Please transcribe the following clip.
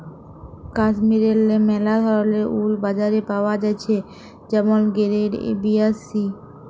কাশ্মীরেল্লে ম্যালা ধরলের উল বাজারে পাওয়া জ্যাছে যেমল গেরেড এ, বি আর সি